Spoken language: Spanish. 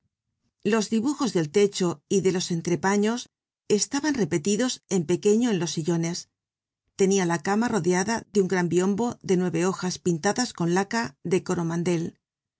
los dibujos del techo y de los entrepaños estaban repetidos eñ pequeño en los sillones tenia la cama rodeada de un gran biombo de nueve hojas pintadas con laca de coromandel